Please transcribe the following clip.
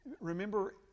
Remember